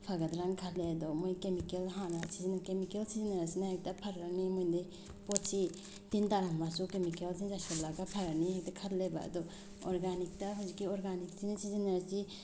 ꯐꯒꯗ꯭ꯔꯅ ꯈꯜꯂꯦ ꯑꯗꯣ ꯃꯣꯏ ꯀꯦꯃꯤꯀꯦꯜ ꯍꯥꯟꯅ ꯀꯦꯃꯤꯀꯦꯜ ꯁꯤꯖꯤꯟꯅꯔꯤꯁꯤꯅ ꯍꯦꯛꯇ ꯐꯔꯅꯤ ꯃꯣꯏꯗꯤ ꯄꯣꯠꯁꯤ ꯇꯤꯟ ꯇꯥꯔꯝꯃꯁꯨ ꯀꯦꯃꯤꯀꯦꯜꯁꯤꯡ ꯆꯥꯏꯁꯤꯜꯂꯒ ꯐꯔꯅꯤ ꯍꯦꯛꯇ ꯈꯜꯂꯦꯕ ꯑꯗꯣ ꯑꯣꯔꯒꯥꯅꯤꯛꯇ ꯍꯧꯖꯤꯛꯀꯤ ꯑꯣꯔꯒꯥꯅꯤꯛꯁꯤꯅ ꯁꯤꯖꯤꯟꯅꯔꯤꯁꯤ